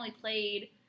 played